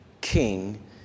king